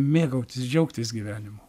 mėgautis džiaugtis gyvenimu